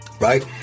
Right